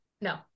no